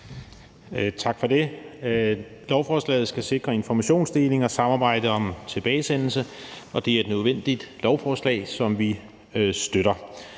Tak for det. Lovforslaget skal sikre informationsdeling og samarbejde om tilbagesendelse. Det er et nødvendigt lovforslag, som vi støtter.